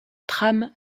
tram